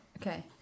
Okay